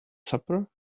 supper